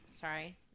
Sorry